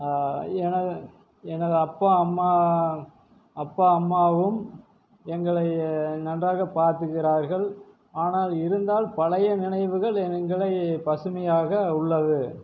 என எனது அப்பா அம்மா அப்பா அம்மாவும் எங்களை நன்றாக பாத்துக்கிறார்கள் ஆனால் இருந்தாலும் பழைய நினைவுகள் எங்களை பசுமையாக உள்ளது